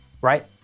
right